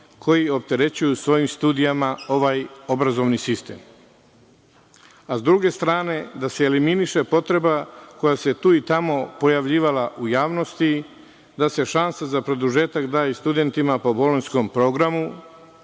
koji opterećuju svojim studijama ovaj obrazovni sistem, a sa druge strane, da se eliminiše potreba koja se tu i tamo pojavljivala u javnosti, da se šansa za produžetak daje studentima po bolonjskom programu,